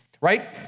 Right